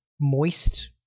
moist